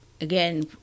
Again